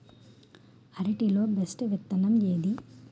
అరటి లో బెస్టు విత్తనం ఏది?